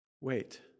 Wait